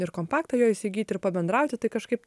ir kompaktą jo įsigyti ir pabendrauti tai kažkaip